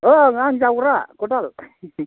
औ आं जावग्रा खदाल